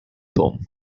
توم